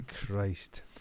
christ